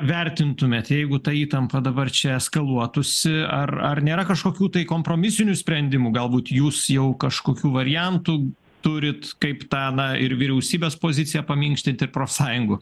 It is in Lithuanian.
vertintumėt jeigu ta įtampa dabar čia eskaluotųsi ar ar nėra kažkokių tai kompromisinių sprendimų galbūt jūs jau kažkokių variantų turit kaip tą na ir vyriausybės poziciją paminkštint ir profsąjungų